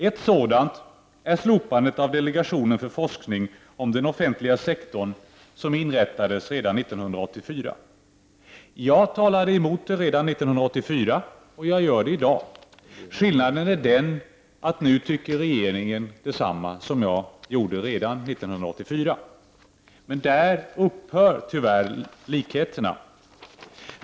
Ett sådant förslag är slopandet av delegationen för forskning om den offentliga sektorn som inrättades 1984. Jag talade emot det förslaget redan 1984, och jag gör det i dag. Skillnaden är att nu tycker regeringen detsamma som jag gjorde redan 1984. Där upphör tyvärr likheterna.